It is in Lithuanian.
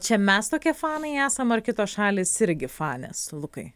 čia mes tokie fanai esam ar kitos šalys irgi fanės lukai